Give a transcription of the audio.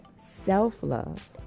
self-love